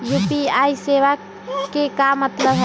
UPI सेवा के का मतलब है?